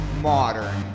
modern